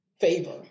favor